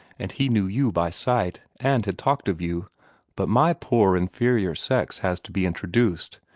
and he knew you by sight, and had talked of you but my poor inferior sex has to be introduced.